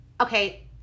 Okay